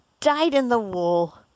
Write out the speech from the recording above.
dyed-in-the-wool